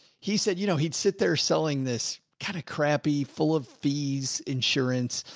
he said, you know, he'd sit there selling this kind of crappy full of fees, insurance,